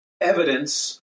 evidence